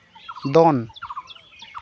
ᱫᱚᱱ